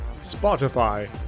Spotify